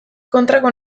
kontrako